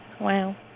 wow